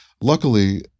luckily